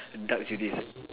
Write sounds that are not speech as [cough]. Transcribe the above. dark Judaism [noise]